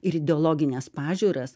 ir ideologines pažiūras